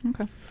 okay